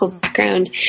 background